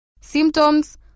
symptoms